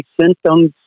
symptoms